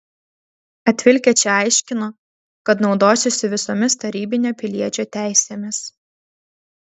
atvilkę čia aiškino kad naudosiuosi visomis tarybinio piliečio teisėmis